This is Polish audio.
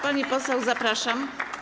Pani poseł, zapraszam.